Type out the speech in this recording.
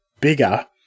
bigger